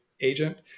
agent